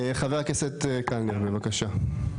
חבר הכנסת קלנר, בבקשה.